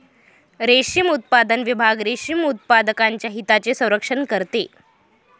रेशीम उत्पादन विभाग रेशीम उत्पादकांच्या हितांचे संरक्षण करते